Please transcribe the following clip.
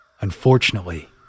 Unfortunately